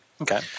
Okay